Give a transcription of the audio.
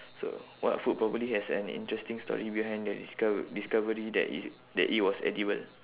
so what food probably has an interesting story behind the discov~ discovery that it that it was edible